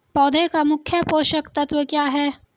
पौधे का मुख्य पोषक तत्व क्या हैं?